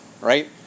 right